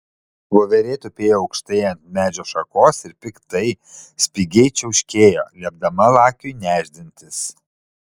voverė tupėjo aukštai ant medžio šakos ir piktai spigiai čiauškėjo liepdama lakiui nešdintis